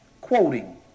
quoting